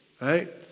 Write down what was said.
right